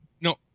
no